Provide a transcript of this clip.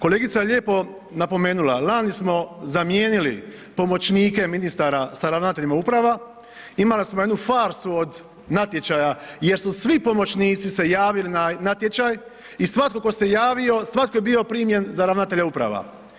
Kolegica lijepo napomenula, lani smo zamijenili pomoćnike ministara sa ravnateljima uprava, imali smo jednu farsu od natječaja jer su svi pomoćnici se javili na natječaj i svatko tko se javio, svatko je bio primljen za ravnatelja uprava.